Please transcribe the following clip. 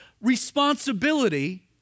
responsibility